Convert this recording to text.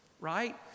right